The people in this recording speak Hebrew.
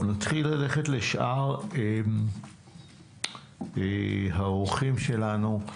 נלך לשאר האורחים שלנו.